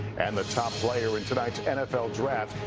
and the top player in tonight's nfl draft,